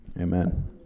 Amen